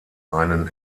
einen